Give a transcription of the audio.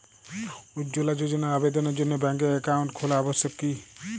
উজ্জ্বলা যোজনার আবেদনের জন্য ব্যাঙ্কে অ্যাকাউন্ট খোলা আবশ্যক কি?